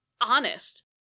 honest